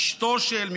אשתו של,